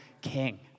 king